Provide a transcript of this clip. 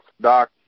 doc